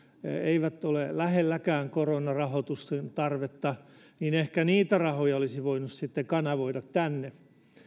eivät ole lähelläkään koronarahoituksen tarvetta niin ehkä niitä rahoja olisi voinut sitten kanavoida tänne